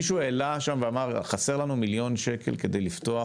מישהו העלה שם את הנושא ואמר שחסר לנו מיליון שקל כדי לפתוח